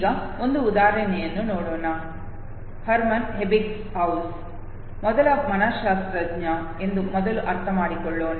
ಈಗ ಒಂದು ಉದಾಹರಣೆಯನ್ನು ನೋಡೋಣ ಹರ್ಮನ್ ಎಬ್ಬಿಂಗ್ಹೌಸ್ ಮೊದಲ ಮನಶ್ಶಾಸ್ತ್ರಜ್ಞ ಎಂದು ಮೊದಲು ಅರ್ಥಮಾಡಿಕೊಳ್ಳೋಣ